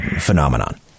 Phenomenon